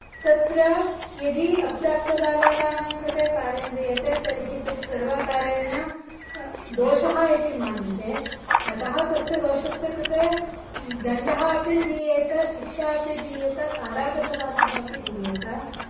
तत्र यदि अप्राप्तबालकानां कृते कार्यं दीयते तर्हि तत् सर्वकारेण दोषः इति मन्यते अतः तस्य दोषस्य कृते दण्डः अपि दीयेत शिक्षा अपि दीयेत कारागृहवासः अपि दीयेत